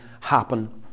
happen